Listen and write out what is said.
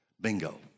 bingo